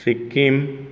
Sikkim